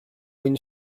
win